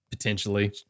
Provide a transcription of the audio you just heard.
Potentially